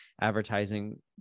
advertising